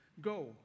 Go